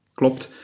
klopt